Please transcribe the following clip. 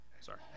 Sorry